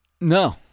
No